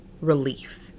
relief